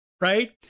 right